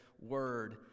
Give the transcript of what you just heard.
word